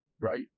right